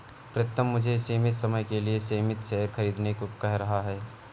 प्रितम मुझे सीमित समय के लिए सीमित शेयर खरीदने को कह रहा हैं